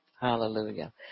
Hallelujah